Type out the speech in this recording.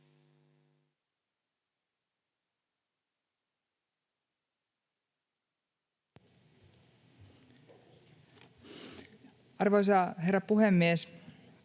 Arvoisa herra puhemies!